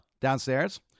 Downstairs